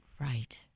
Right